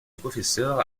professeur